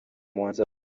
muhanzi